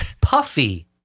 puffy